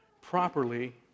properly